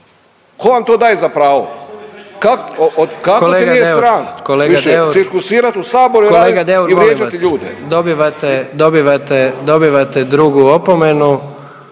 tko vam to daje za pravo? Kako te nije sram više cirkusirat u Saboru i vrijeđati ljude? **Jandroković,